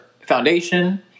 foundation